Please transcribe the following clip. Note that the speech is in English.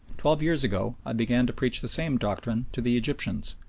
twelve years ago i began to preach the same doctrine to the egyptians.